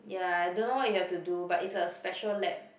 ya I don't know what you have to do but is a special lab